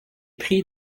prix